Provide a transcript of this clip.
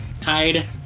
tied